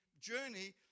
journey